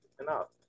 enough